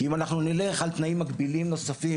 כי אם אנחנו נלך על תנאים מגבילים נוספים,